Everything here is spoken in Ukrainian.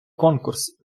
конкурс